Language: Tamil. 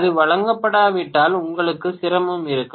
அது வழங்கப்படாவிட்டால் உங்களுக்கு சிரமம் இருக்கும்